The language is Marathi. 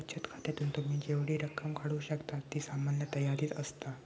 बचत खात्यातून तुम्ही जेवढी रक्कम काढू शकतास ती सामान्यतः यादीत असता